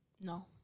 No